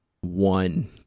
one